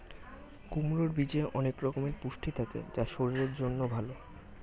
কুমড়োর বীজে অনেক রকমের পুষ্টি থাকে যা শরীরের জন্য ভালো